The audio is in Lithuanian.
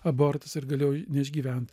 abortas ir galėjo neišgyvent